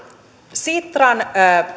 sitran